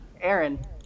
Aaron